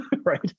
right